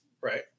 Right